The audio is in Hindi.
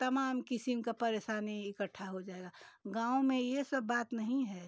तमाम किस्म का परेशानी इकट्ठा हो जाएगा गाँव में यह सब बात नहीं है